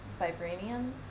vibranium